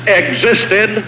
existed